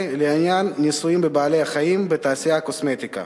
לעניין ניסויים בבעלי-חיים בתעשיית הקוסמטיקה.